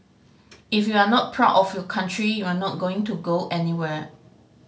if you are not proud of your country you are not going to go anywhere